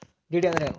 DD ಅಂದ್ರೇನು?